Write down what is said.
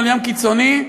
"עולם קיצוני",